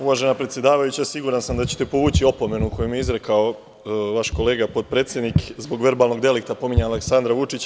Uvažena predsedavajuća, siguran sam da ćete povući opomenu koju mi je izrekao vaš kolega, potpredsednik, zbog verbalnog delikta, pominjanja Aleksandra Vučića.